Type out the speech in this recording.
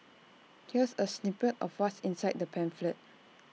here's A snippet of what's inside the pamphlet